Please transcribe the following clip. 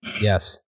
Yes